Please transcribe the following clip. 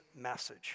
message